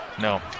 No